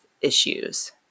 issues